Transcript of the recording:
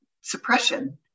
suppression